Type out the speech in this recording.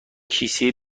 کیسه